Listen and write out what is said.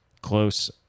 close